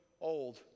old